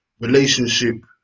relationship